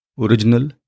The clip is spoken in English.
original